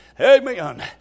Amen